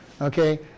Okay